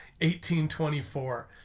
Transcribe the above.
18.24